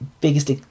biggest